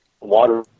water